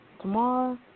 tomorrow